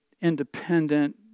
independent